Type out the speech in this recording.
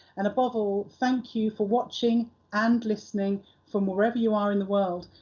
and above all, thank you for watching and listening from wherever you are in the world.